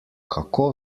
kako